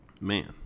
Man